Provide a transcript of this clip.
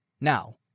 Now